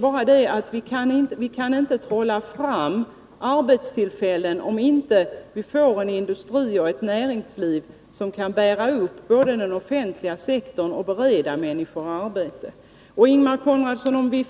Men vi kan inte trolla fram arbetstillfällen om vi inte får en industri och ett näringsliv som kan både bära upp den offentliga sektorn och bereda människor arbete. Och Ingemar Konradsson, om de